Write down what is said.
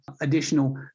additional